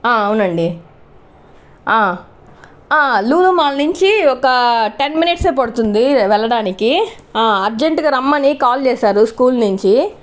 ఆ అవునండి ఆ ఆ లులూ మాల్ నుంచి మా ఒక టెన్ మినిట్సే పడుతుంది వె వెళ్ళడానికి అర్జంటుగా రమ్మని కాల్ చేసారు స్కూల్ నుంచి